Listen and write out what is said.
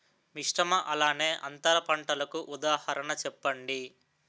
మిశ్రమ అలానే అంతర పంటలకు ఉదాహరణ చెప్పండి?